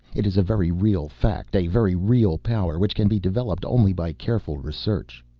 it is a very real fact, a very real power which can be developed only by careful research.